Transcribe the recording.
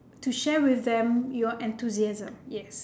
to share with them your enthusiasm yes